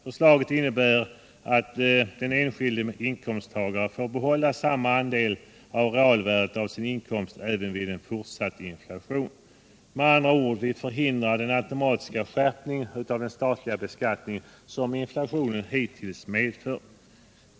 Förslaget innebär att den enskilde inkomsttagaren får behålla samma andel av sin reallön även vid en fortsatt inflation. Vi förhindrar med andra ord den automatiska höjning av den statliga skatten som inflationen hittills medfört.